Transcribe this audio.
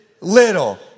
little